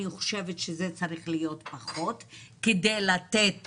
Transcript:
אני חושבת שזה צריך להיות פחות כדי לתת